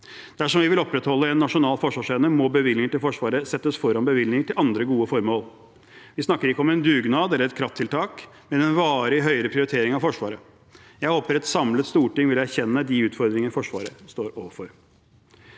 Dersom vi vil opprettholde en nasjonal forsvarsevne, må bevilgninger til Forsvaret settes foran bevilgninger til andre gode formål. Vi snakker ikke om en dugnad eller et krafttiltak, men om en varig høyere prioritering av Forsvaret. Jeg håper et samlet storting vil erkjenne de utfordringene Forsvaret står overfor.